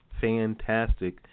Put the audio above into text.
fantastic